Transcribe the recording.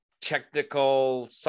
technical